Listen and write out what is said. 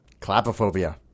Clapophobia